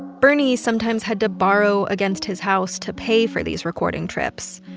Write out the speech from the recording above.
bernie sometimes had to borrow against his house to pay for these recording trips.